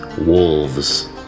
wolves